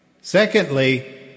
Secondly